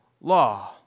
law